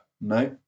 No